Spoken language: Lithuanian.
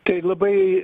tai labai